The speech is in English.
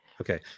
Okay